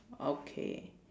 okay